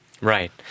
Right